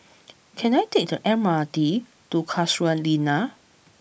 can I take the M R T to Casuarina